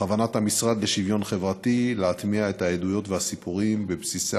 בכוונת המשרד לשוויון חברתי להטמיע את העדויות והסיפורים בבסיסי